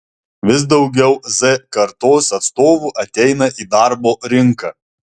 vis daugiau z kartos atstovų ateina į darbo rinką